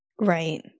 Right